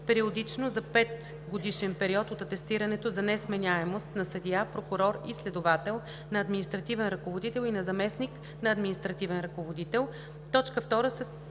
за 5-годишен период от атестирането за несменяемост на съдия, прокурор и следовател, на административен ръководител и на заместник на административен ръководител;“. 2.